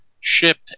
shipped